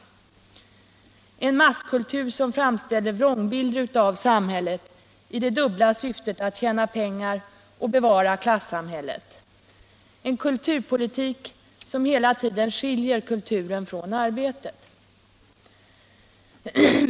Det är en masskultur som framställer vrångbilder av samhället i det dubbla syftet att tjäna pengar och bevara klassamhället, en kulturpolitik som hela tiden skiljer kulturen från arbetet.